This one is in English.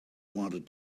wanted